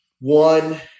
one –